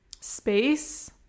space